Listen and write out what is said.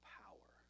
power